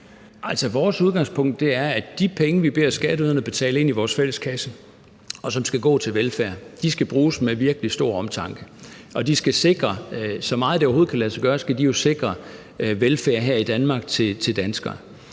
Altså, vores udgangspunkt er, at de penge, vi beder skatteyderne betale til vores fælleskasse, og som skal gå til velfærd, skal bruges med virkelig stor omtanke, og de skal, så meget det overhovedet kan lade sig gøre, jo sikre velfærd her i Danmark til danskere.